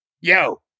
Yo